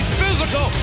physical